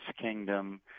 kingdom